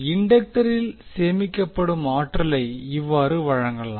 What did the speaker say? இண்டக்டரில் சேமிக்கப்படும் ஆற்றலை இவ்வாறு வழங்கலாம்